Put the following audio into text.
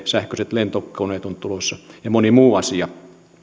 sähköiset lentokoneet ovat tulossa ja moni muu asia